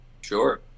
Sure